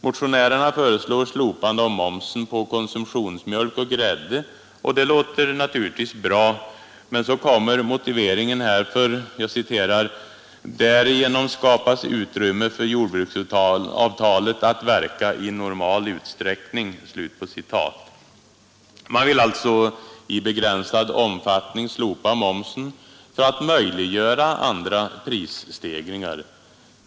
Motionärerna föreslår slopande av momsen på konsumtionsmjölk och grädde och det låter väl bra, men så kommer motiveringen härför: ”Därigenom skapas utrymme för jordbruksavtalet att verka i normal utsträckning.” Man vill alltså i begränsad omfattning slopa momsen för att möjliggöra andra prisstegringar!